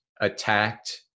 attacked